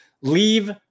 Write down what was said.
leave